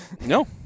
No